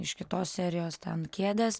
iš kitos serijos ten kėdes